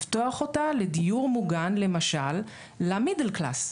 לפתוח אותה לדיור מוגן למשל ל-Middle class,